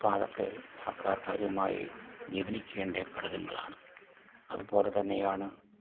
അപ്പോള് അതൊക്കെ സർക്കാർ കാര്യമായി ഗൗനിക്കേണ്ട ഘടകങ്ങളാണ് അത്പോലെ തന്നെയാണ്